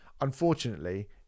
Unfortunately